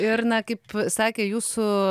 ir na kaip sakė jūsų